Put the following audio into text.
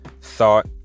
thought